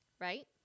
Right